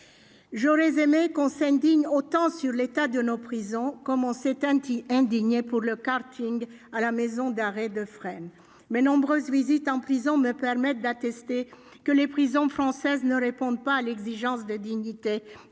J'aurais aimé que l'on s'indigne autant de l'état de nos prisons que d'une séance de karting à la maison d'arrêt de Fresnes ... Mes nombreuses visites en prison me permettent d'attester que les prisons françaises ne répondent pas à l'exigence de dignité